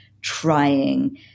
trying